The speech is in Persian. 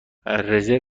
رزرو